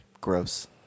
Gross